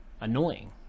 annoying